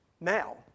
Now